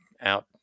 out